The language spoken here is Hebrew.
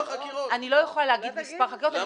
אני לא יכולה להגיד מספר חקירות --- למה לא?